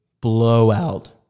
blowout